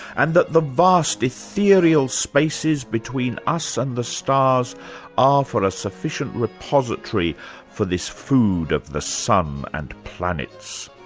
and that the vast ethereal spaces between us and the stars are for a sufficient repository for this food of the sun and planets.